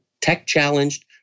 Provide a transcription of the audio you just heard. tech-challenged